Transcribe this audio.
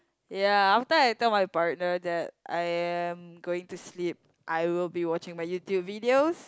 ya after I tell my partner that I am going to sleep I will be watching my YouTube videos